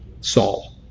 Saul